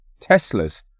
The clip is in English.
Teslas